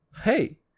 hey